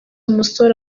umusore